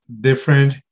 different